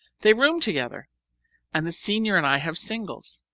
they room together and the senior and i have singles.